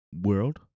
world